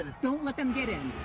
don't let them get in,